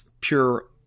pure